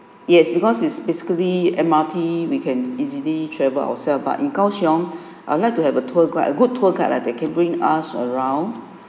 yes because it's basically M_R_T we can easily travel ourselves but in kao siong I'd like to have a tour quite a good tour guide ah they can bring us around